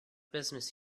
business